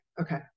Okay